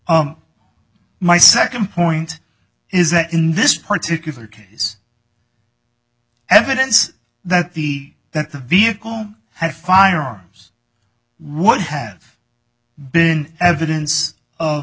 my second point is that in this particular case evidence that the that the vehicle had firearms would have been evidence